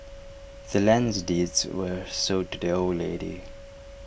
the land's deed was sold to the old lady